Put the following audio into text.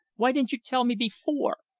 why didn't you tell me before!